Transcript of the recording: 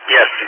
Yes